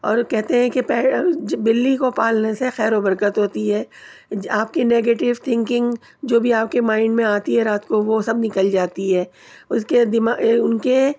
اور کہتے ہیں کہ بلی کو پالنے سے خیر و برکت ہوتی ہے آپ کی نگیٹوس تھنکنگ جو بھی آپ کے مائنڈ میں آتی ہے رات کو وہ سب نکل جاتی ہے اس کے ان کے